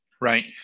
right